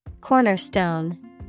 Cornerstone